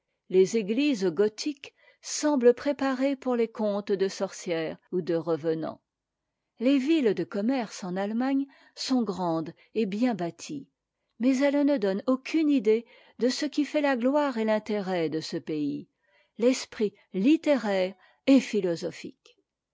les églises gothiques semblent préparées pour les contes de sorcières ou de revenants les villes de commerce en allemagne sont grandes et bien bâties mais elles ne donnent aucune idée de ce qui fait la gloire et l'intérêt de ce pays l'esprit littéraire et philosophique